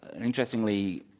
interestingly